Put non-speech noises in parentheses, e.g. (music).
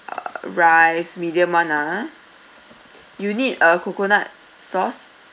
(noise) rice medium [one] ah you need uh coconut sauce